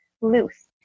loose